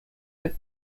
hook